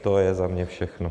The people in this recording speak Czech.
To je za mě všechno.